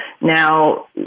Now